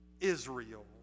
Israel